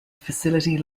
facility